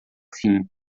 fim